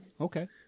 okay